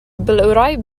بالقرب